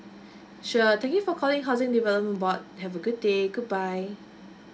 sure thank you for calling housing development board have a good day goodbye